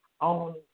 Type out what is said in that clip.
on